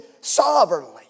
sovereignly